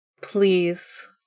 Please